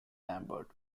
lambert